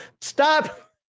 stop